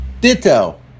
Ditto